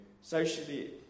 socially